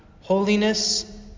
holiness